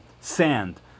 sand